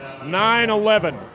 9-11